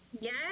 yes